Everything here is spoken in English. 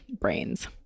brains